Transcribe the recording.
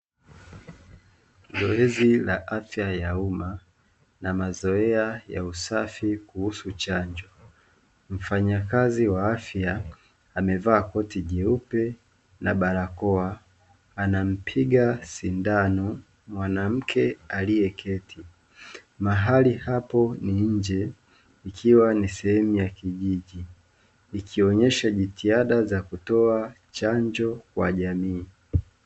Zoezi la afya ya umma na mazoea ya usafi kuhusu chanjo. Mfanyakazi wa afya amevaa koti jeupe na barakoa, anamchoma sindano mwanamke aliyeketi. Mahali hapo ni nje ikiwa ni sehemu ya kijiji, ikionyesha ni jitihada za kutoa chanjo kwa jamanii.